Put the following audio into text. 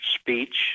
speech